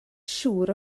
siŵr